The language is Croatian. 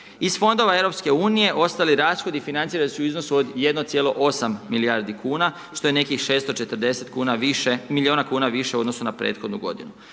Iz Fondova Europske unije ostali rashodi financirani su u iznosu od 1,8 milijardi kuna što je nekih 640 kuna, miliona kuna više u odnosu na prethodnu godinu.